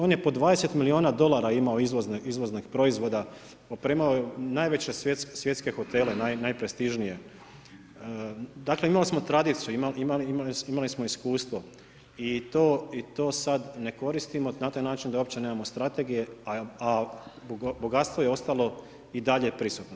On je po 20 milijuna dolara imao izvoznih proizvoda, opremao je najveće svjetske hotele, najprestižnije, dakle imali smo tradiciju, imali smo iskustvo i to sada ne koristimo na taj način da uopće nemamo strategije, a bogatstvo je ostalo i dalje prisutno.